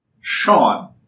Sean